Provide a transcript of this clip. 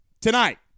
tonight